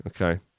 Okay